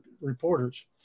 reporters